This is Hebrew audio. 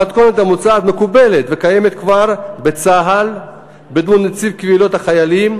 המתכונת המוצעת מקובלת וקיימת כבר בצה"ל בדמות נציב קבילות החיילים,